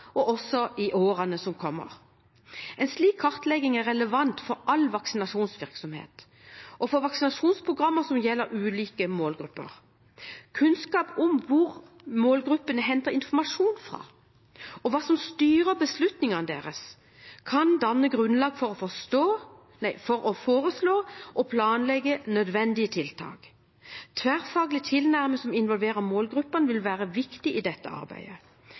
skal også analysere risiko og sårbarhet ved en svekket oppslutning om vaksinasjonsanbefalingene vi har i dag, og i årene som kommer. En slik kartlegging er relevant for all vaksinasjonsvirksomhet og for vaksinasjonsprogrammer som gjelder ulike målgrupper. Kunnskap om hvor målgruppene henter informasjon, og hva som styrer beslutningene deres, kan danne grunnlag for å foreslå og planlegge nødvendige tiltak. En tverrfaglig tilnærming som involverer målgruppene, vil være viktig i dette